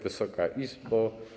Wysoka Izbo!